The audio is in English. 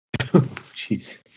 Jeez